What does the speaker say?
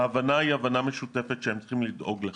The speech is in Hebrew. ההבנה היא הבנה משותפת שהם צריכים לדאוג לכך.